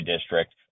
district